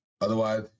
Otherwise